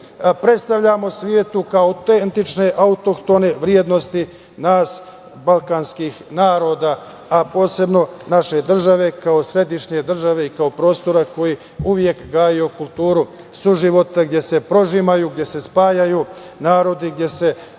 predstavljamo svetu ako autentične autohtone vrednosti nas balkanskih naroda, a posebno naše države kao središnje države i kao prostora koji je uvek gajio kulturu suživota, gde se prožimaju, gde se spajaju narodi, gde se